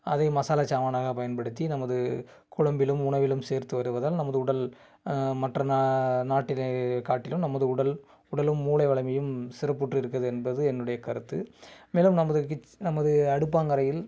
அதை மசாலா சாமானாக பயன்படுத்தி நமது குழம்பிலும் உணவிலும் சேர்த்து வருவதால் நமது உடல் மற்ற நா நாட்டிலயே காட்டிலும் நமது உடல் உடலும் மூளை வலிமையும் சிறப்புற்று இருக்குது என்பது என்னுடைய கருத்து மேலும் நமது கிச் நமது அடுப்பங்கரையில்